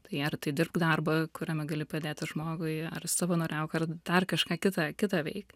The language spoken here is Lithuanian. tai ar tai dirbk darbą kuriame gali padėti žmogui ar savanoriauk ar dar kažką kitą kitą veik